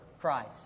Christ